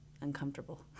Uncomfortable